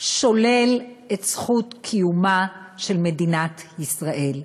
שולל את זכות קיומה של מדינת ישראל.